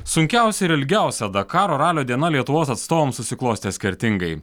sunkiausia ir ilgiausia dakaro ralio diena lietuvos atstovams susiklostė skirtingai